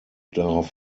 darauf